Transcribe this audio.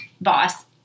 boss